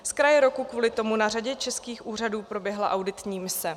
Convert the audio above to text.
Z kraje roku kvůli tomu na řadě českých úřadů proběhla auditní mise.